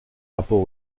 rapport